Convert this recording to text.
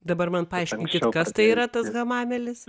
dabar man paaiškinkit kas tai yra tas hamamelis